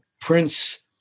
Prince